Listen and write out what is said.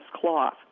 cloth